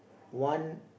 one